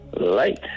Light